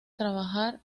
trabajar